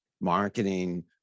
marketing